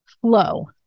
flow